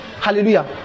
Hallelujah